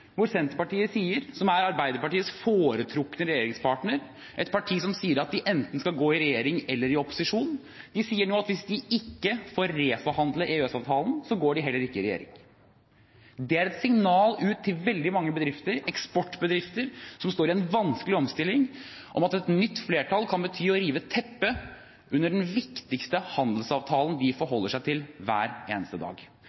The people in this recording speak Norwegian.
Senterpartiet, som er Arbeiderpartiets foretrukne regjeringspartner, et parti som sier at de enten skal gå i regjering eller i opposisjon, sier nå at hvis de ikke får reforhandle EØS-avtalen, går de heller ikke i regjering. Det er et signal ut til veldig mange eksportbedrifter, som står i en vanskelig omstilling, om at et nytt flertall kan bety å rive vekk teppet under den viktigste handelsavtalen de